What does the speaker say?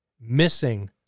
missing